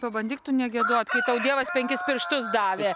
pabandyk tu negiedot kai tau dievas penkis pirštus davė